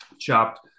Chopped